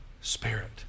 spirit